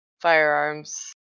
firearms